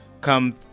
come